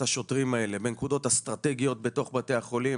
השוטרים האלה בנקודות אסטרטגיות בתוך בתי החולים,